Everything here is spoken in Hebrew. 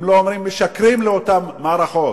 אם לא אומרים משקרים, לאותן מערכות?